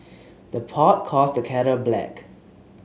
the pot calls the kettle black